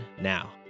now